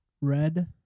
Red